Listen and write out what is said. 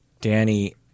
Danny